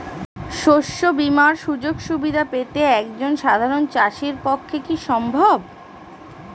শস্য বীমার সুযোগ সুবিধা পেতে একজন সাধারন চাষির পক্ষে কি সম্ভব?